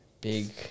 Big